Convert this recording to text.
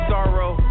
Sorrow